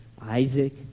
Isaac